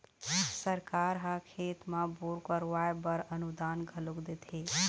सरकार ह खेत म बोर करवाय बर अनुदान घलोक देथे